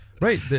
right